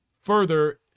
further